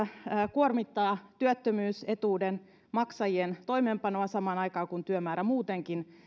kuormittaa työttömyysetuuden maksajien toimeenpanoa samaan aikaan kun työmäärä muutenkin